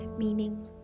meaning